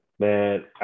Man